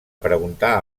preguntar